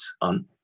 on